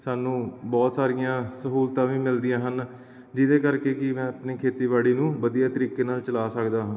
ਸਾਨੂੰ ਬਹੁਤ ਸਾਰੀਆਂ ਸਹੂਲਤਾਂ ਵੀ ਮਿਲਦੀਆਂ ਹਨ ਜਿਹਦੇ ਕਰਕੇ ਕਿ ਮੈਂ ਆਪਣੀ ਖੇਤੀਬਾੜੀ ਨੂੰ ਵਧੀਆ ਤਰੀਕੇ ਨਾਲ ਚਲਾ ਸਕਦਾ ਹਾਂ